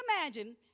imagine